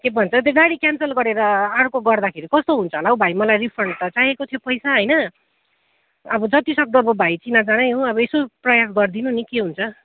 के भन्छ त्यो गाडी क्यान्सल गरेर अर्को गर्दाखेरि कस्तो हुन्छ होला हौ भाइ मलाई रिफन्ड त चाहिएको थियो पैसा होइन अब जतिसक्दो अब भाइ चिनाजानै हो अब यसो प्रयास गरिदिनु नि के हुन्छ